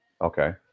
Okay